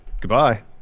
Goodbye